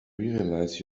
realize